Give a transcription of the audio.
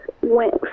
went